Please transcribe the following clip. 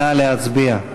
נא להצביע.